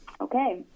Okay